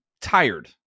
tired